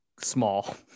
Small